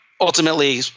ultimately